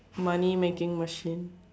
money making machine